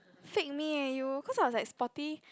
fake me eh you cause I was like sporty